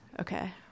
Okay